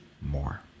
more